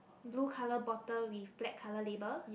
blue colour bottle with black colour label